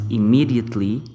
immediately